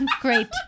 Great